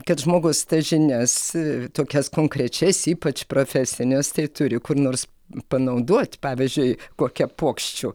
kad žmogus tas žinias tokias konkrečias ypač profesines tai turi kur nors panaudot pavyzdžiui kokia puokščių